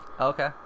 Okay